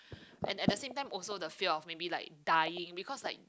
and at the same time also the fear of maybe like dying because like